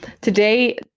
today